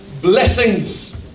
blessings